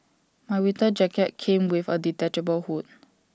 my winter jacket came with A detachable hood